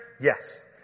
Yes